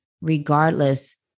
regardless